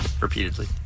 Repeatedly